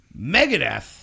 Megadeth